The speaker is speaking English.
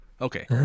Okay